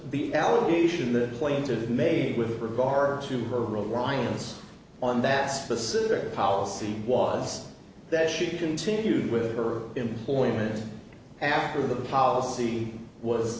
the allegation the plane to be made with regard to her ryan's on that specific policy was that she continued with her employment after the policy was